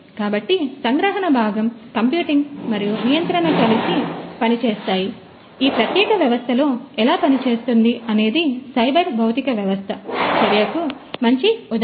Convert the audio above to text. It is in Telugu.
కాబట్టి సంగ్రహణ భాగం కంప్యూటింగ్ మరియు నియంత్రణ కలిసి పనిచేస్తాయి ఈ ప్రత్యేక వ్యవస్థ ఎలా పనిచేస్తుంది అనేది సైబర్ భౌతిక వ్యవస్థ చర్యకు మంచి ఉదాహరణ